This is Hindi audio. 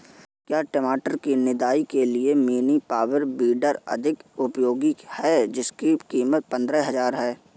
क्या टमाटर की निदाई के लिए मिनी पावर वीडर अधिक उपयोगी है जिसकी कीमत पंद्रह हजार है?